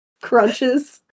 crunches